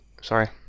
Sorry